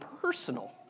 personal